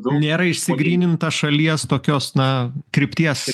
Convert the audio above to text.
nėra išsigryninta šalies tokios na krypties